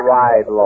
right